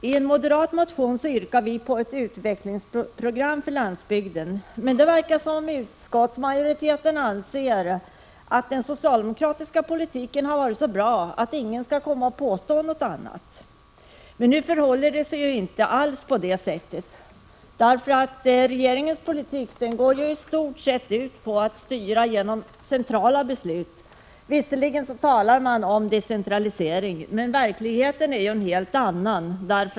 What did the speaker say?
I en moderat motion har vi yrkat på ett utvecklingsprogram för landsbygden, men det verkar som om utskottsmajoriteten anser att den socialdemokratiska politiken har varit så bra att ingen skall komma och påstå någonting annat. Men det förhåller sig inte alls på det sättet. Regeringens politik går i stort sett ut på att styra genom centrala beslut. Visserligen talar man om decentralisering, men verkligheten är en helt annan.